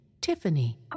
Tiffany